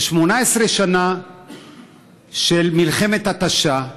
18 שנה של מלחמת התשה,